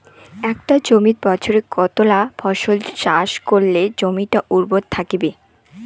একটা জমিত বছরে কতলা ফসল চাষ করিলে জমিটা উর্বর থাকিবে?